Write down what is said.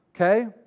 Okay